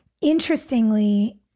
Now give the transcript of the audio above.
interestingly